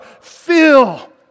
fill